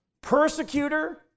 Persecutor